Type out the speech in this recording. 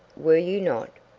were you not?